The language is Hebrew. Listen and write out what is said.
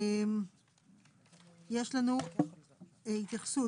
יש לנו התייחסות.